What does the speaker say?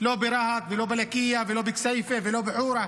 לא ברהט ולא בלקיה ולא בכסיפה ולא בחורה,